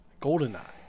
GoldenEye